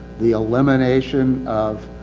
the elimination of.